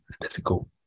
difficult